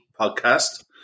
podcast